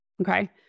Okay